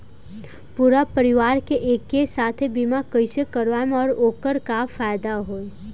पूरा परिवार के एके साथे बीमा कईसे करवाएम और ओकर का फायदा होई?